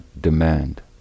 demand